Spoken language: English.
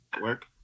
Work